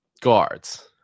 guards